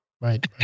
right